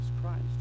Christ